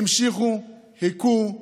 המשיכו, היכו,